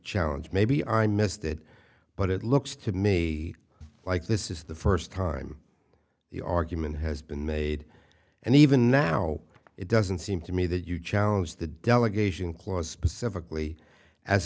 challenge maybe i missed it but it looks to me like this is the first time the argument has been made and even now it doesn't seem to me that you challenge the delegation clause specifically as